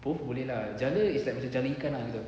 both boleh lah jala is like jala ikan gitu